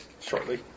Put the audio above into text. Shortly